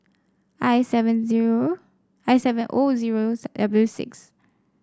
I seven zero I seven O zero W six